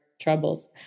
troubles